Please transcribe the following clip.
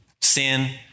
Sin